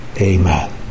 Amen